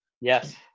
Yes